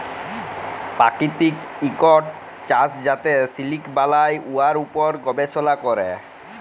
পাকিতিক ইকট চাষ যাতে সিলিক বালাই, উয়ার উপর গবেষলা ক্যরে